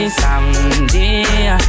someday